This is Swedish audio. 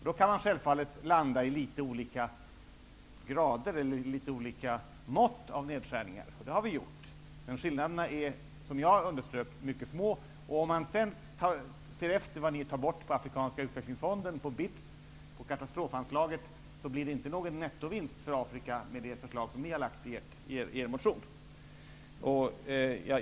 Man kan då självfallet landa på litet olika grad eller mått av nedskärningar. Det har vi gjort. Men skillnaderna är enligt min mening mycket små. Om man sedan ser efter vad ni tar bort på anslaget till Afrikanska utvecklingsfonden, BITS och katastrofanslaget, blir det inte någon nettovinst för Afrika med det förslag som ni har lagt fram i er motion.